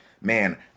man